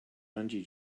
bungee